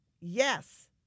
Yes